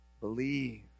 believe